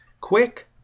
quick